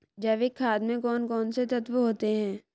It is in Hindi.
जैविक खाद में कौन कौन से तत्व होते हैं?